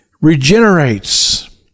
regenerates